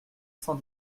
cent